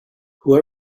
who